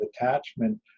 attachment